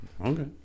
okay